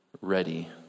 ready